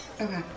Okay